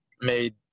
made